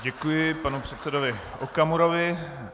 Děkuji panu předsedovi Okamurovi.